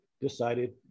decided